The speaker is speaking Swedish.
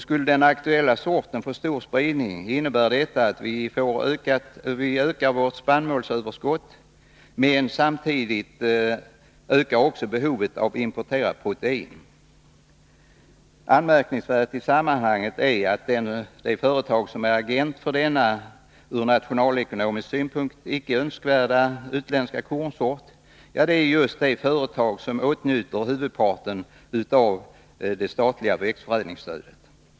Skulle den aktuella sorten få stor spridning, innebär detta att vi ökar vårt spannmålsöverskott samtidigt som behovet att importera protein också ökar. Anmärkningsvärt i sammanhanget är att agenten för denna nya, ur nationalekonomisk synpunkt icke önskvärda, utländska kornsort är just det företag som åtnjuter huvudparten av det statliga växtförädlingsstödet.